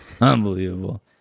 Unbelievable